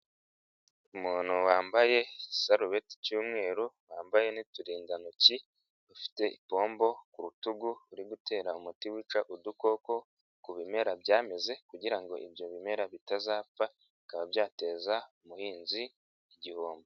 Umuntu wambaye igisarubeti cy'umweru wambaye n'uturindantoki, ufite ipombo ku rutugu uri gutera umuti wica udukoko ku bimera byameze kugira ngo ibyo bimera bitazapfa bikaba byateza umuhinzi igihombo.